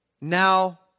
Now